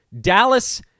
Dallas